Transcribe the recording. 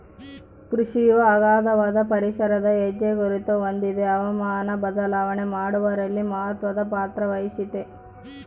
ಕೃಷಿಯು ಅಗಾಧವಾದ ಪರಿಸರದ ಹೆಜ್ಜೆಗುರುತ ಹೊಂದಿದೆ ಹವಾಮಾನ ಬದಲಾವಣೆ ಮಾಡುವಲ್ಲಿ ಮಹತ್ವದ ಪಾತ್ರವಹಿಸೆತೆ